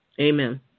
Amen